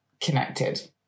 connected